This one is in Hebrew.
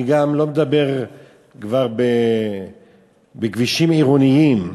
אני גם לא מדבר כבר על כבישים עירוניים,